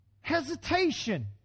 hesitation